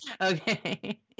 Okay